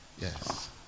yes